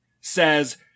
says